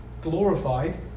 glorified